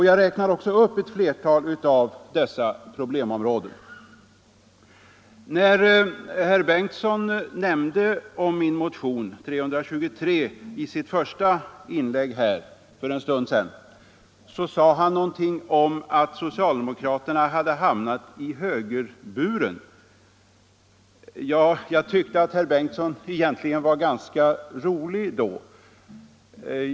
Jag räknar också upp ett flertal av dessa problemområden. När herr Bengtsson i Göteborg nämnde min motion i sitt första inlägg för en stund sedan, så sade han någonting om att socialdemokraterna hade hamnat i högerburen. Jag tyckte att herr Bengtsson var ganska rolig då.